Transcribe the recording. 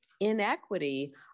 Inequity